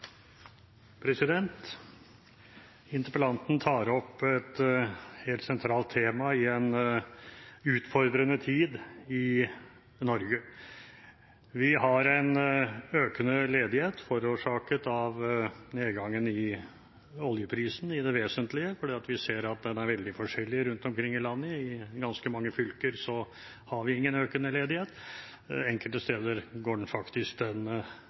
Interpellanten tar opp et helt sentralt tema i en utfordrende tid i Norge. Vi har en økende ledighet, i det vesentlige forårsaket av nedgangen i oljeprisen, fordi vi ser at det er veldig forskjellig rundt omkring i landet. I ganske mange fylker har man ingen økende ledighet, enkelte steder går det faktisk den andre veien. Det som gjelder i en